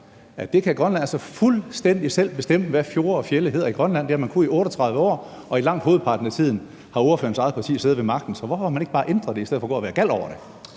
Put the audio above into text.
at Grønland altså fuldstændig selv kan bestemme, hvad fjorde og fjelde hedder i Grønland – det har man kunnet i 38 år, og i langt hovedparten af tiden har ordførerens eget parti siddet ved magten. Så hvorfor har man ikke bare ændret det i stedet for at gå og være gal over det?